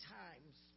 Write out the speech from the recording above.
times